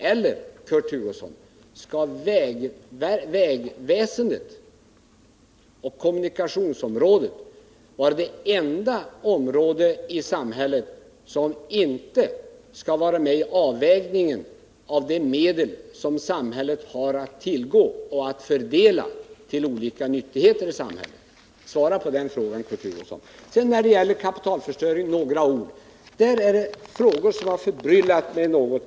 Eller skall vägväsendet och kommunikationsområdet vara det enda området i samhället som inte är med i avvägningen av de medel som samhället har att fördela till olika nyttigheter? Svara på den frågan, Kurt Hugosson! Sedan några ord när det gäller kapitalförstöringen! Det är frågor som har förbryllat mig något.